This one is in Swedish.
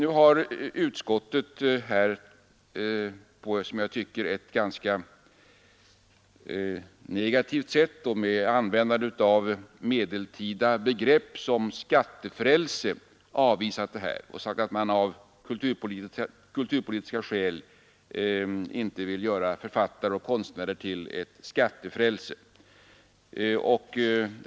Utskottsmajoriteten har på ett enligt min mening ganska negativt sätt och med användande av medeltida begrepp som ”skattefrälse” avvisat motionsyrkandet och anfört att man inte av kulturpolitiska skäl vill göra författare och konstnärer till ett skattefrälse.